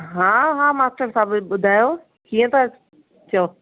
हा हा मास्टर साहिबु ॿुधायो कीअं था चओ